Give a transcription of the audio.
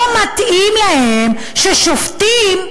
לא מתאים להם ששופטים,